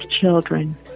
children